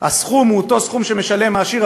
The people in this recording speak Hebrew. הסכום הוא אותו סכום שמשלם העשיר,